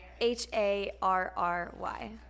H-A-R-R-Y